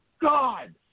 God